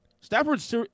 Stafford's